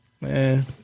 Man